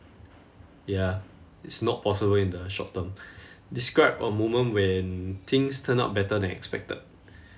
ya it's not possible in the short-term describe a moment when things turned out better than expected